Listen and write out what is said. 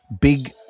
big